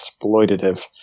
exploitative